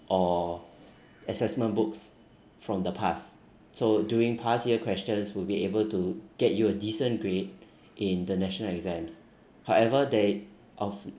or assessment books from the past so doing past year questions would be able to get you a decent grade in the national exams however they of